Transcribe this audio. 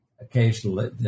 occasionally